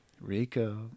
Rico